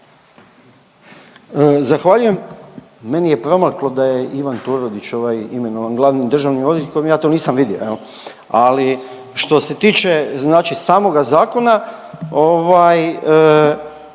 Zahvaljujem. Meni je promaklo da je Ivan Turudić, ovaj, imenovan glavnim državnim odvjetnikom, ja to nisam vidio, je li? Ali, što se tiče znači samoga zakona,